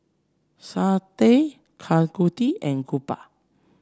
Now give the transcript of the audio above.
Satya Tanguturi and Gopal